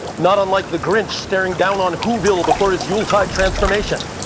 not unlike the grinch staring down on whoville before his yuletide transformation.